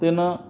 तेन